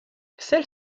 celle